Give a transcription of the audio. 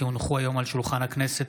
כי הונחו היום על שולחן הכנסת,